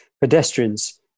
pedestrians